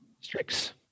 Strix